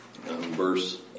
verse